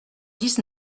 dix